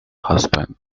husband